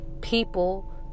People